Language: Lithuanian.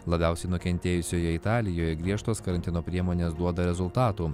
labiausiai nukentėjusioje italijoje griežtos karantino priemonės duoda rezultatų